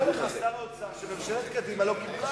אומר לך שר האוצר שממשלת קדימה לא קיבלה את זה.